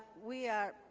we are?